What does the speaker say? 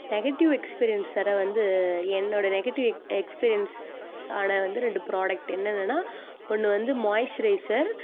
negative எக்ஸ்பீரியன்ஸர் வந்து என்னோடய நெகட்டிவ் எக் எக்ஸ்பீரியன்ஸ்ஸான வந்து ரெண்டு ப்ராடக்ட் என்னென்னன்னா ஒன்று வந்து மாய்ஸ்சரைசர்